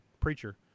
preacher